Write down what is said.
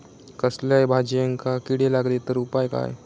कसल्याय भाजायेंका किडे लागले तर उपाय काय?